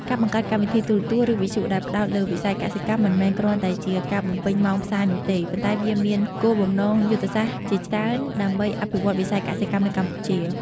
ការបង្កើតកម្មវិធីទូរទស្សន៍ ឬវិទ្យុដែលផ្តោតលើវិស័យកសិកម្ម មិនមែនគ្រាន់តែជាការបំពេញម៉ោងផ្សាយនោះទេ ប៉ុន្តែវាមានគោលបំណងយុទ្ធសាស្ត្រជាច្រើនដើម្បីអភិវឌ្ឍវិស័យកសិកម្មនៅកម្ពុជា។